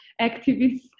activists